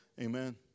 Amen